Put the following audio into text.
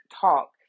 talk